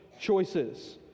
choices